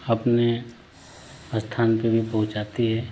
अपने स्थान पे वो पहुँचाती हैं